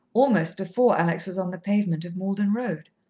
almost before alex was on the pavement of malden road.